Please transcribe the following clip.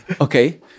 Okay